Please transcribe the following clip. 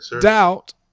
Doubt